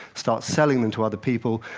start selling them to other people,